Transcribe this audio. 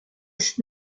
ist